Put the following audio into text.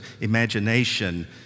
imagination